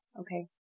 Okay